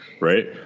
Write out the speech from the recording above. right